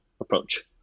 approach